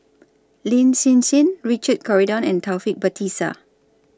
Lin Hsin Hsin Richard Corridon and Taufik Batisah